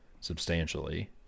substantially